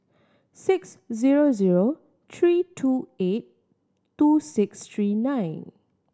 six zero zero three two eight two six three nine